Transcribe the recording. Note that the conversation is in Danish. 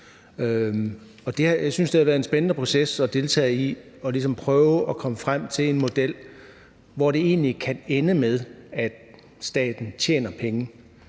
Jeg synes, det har været spændende at deltage i en proces med at prøve at komme frem til en model, hvor det egentlig kan ende med, at staten tjener penge